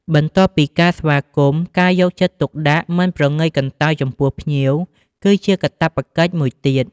បន្ទាប់ពីការស្វាគមន៍ ការយកចិត្តទុកដាក់ មិនប្រងើយកន្តើយ ចំពោះភ្ញៀវគឺជាកាតព្វកិច្ចមួយទៀត។